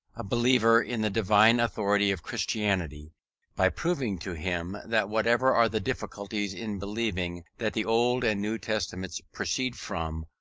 a believer in the divine authority of christianity by proving to him that whatever are the difficulties in believing that the old and new testaments proceed from,